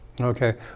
okay